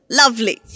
lovely